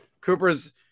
Cooper's